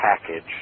package